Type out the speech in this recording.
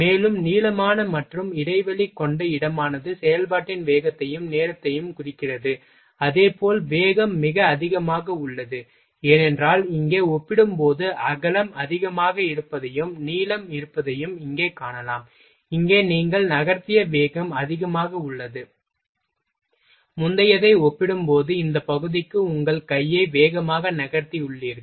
மேலும் நீளமான மற்றும் இடைவெளி கொண்ட இடமானது செயல்பாட்டின் வேகத்தையும் நேரத்தையும் குறிக்கிறது அதே போல் வேகம் மிக அதிகமாக உள்ளது ஏனென்றால் இங்கே ஒப்பிடும்போது அகலம் அதிகமாக இருப்பதையும் நீளம் இருப்பதையும் இங்கே காணலாம் இங்கே நீங்கள் நகர்த்திய வேகம் அதிகமாக உள்ளது முந்தையதை ஒப்பிடும்போது இந்த பகுதிக்கு உங்கள் கையை வேகமாக நகர்த்தியுள்ளீர்கள்